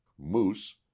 moose